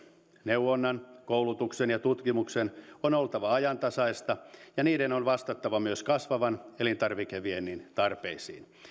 neuvonnan koulutuksen ja tutkimuksen on oltava ajantasaista ja niiden on vastattava myös kasvavan elintarvikeviennin tarpeisiin